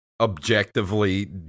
objectively